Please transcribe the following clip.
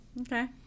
Okay